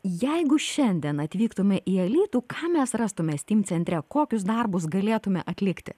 jeigu šiandien atvyktume į alytų ką mes rastume steam centre kokius darbus galėtume atlikti